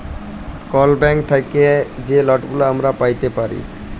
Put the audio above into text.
call bank থ্যাইকে যে লটগুলা আমরা প্যাইতে পারি